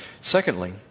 Secondly